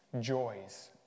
joys